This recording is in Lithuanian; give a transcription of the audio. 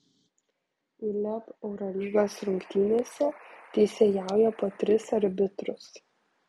uleb eurolygos rungtynėse teisėjauja po tris arbitrus